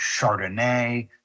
Chardonnay